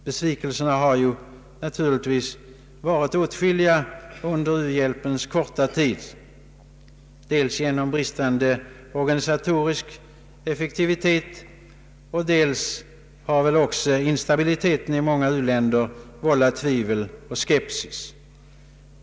Besvikelserna har naturligtvis varit åtskilliga under u-hjälpens korta tid, dels genom bristande organisatorisk effektivitet, dels genom det tvivel och den skepsis som instabiliteten i många u-länder vållat.